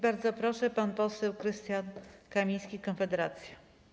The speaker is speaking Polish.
Bardzo proszę, pan poseł Krystian Kamiński, Konfederacja.